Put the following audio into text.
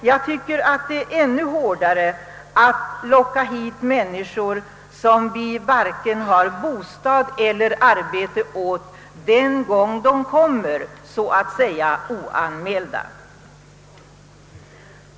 Jag tycker dock att det är ännu hårdare att locka hit människor, som vi varken har bostad eller arbete åt den gång de kommer så att säga oanmälda.